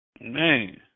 Man